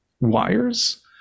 wires